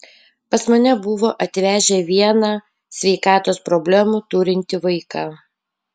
pas mane buvo atvežę vieną sveikatos problemų turintį vaiką